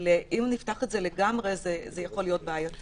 אם נפתח את זה לגמרי, זה יכול להיות בעייתי.